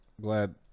glad